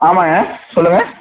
ஆமாங்க சொல்லுங்கள்